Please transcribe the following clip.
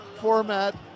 format